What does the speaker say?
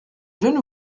jeune